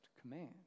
command